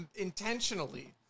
intentionally